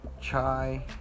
chai